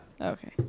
Okay